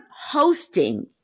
hosting